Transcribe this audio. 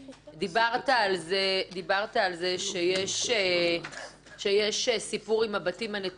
דיברת על כך שיש סיפור עם הבתים הנטושים,